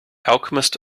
alchemist